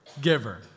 giver